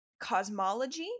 cosmology